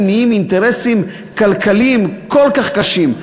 נהיים אינטרסים כלכליים כל כך קשים,